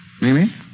Mimi